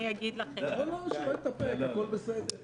שלא יתאפק, הכול בסדר.